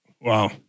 Wow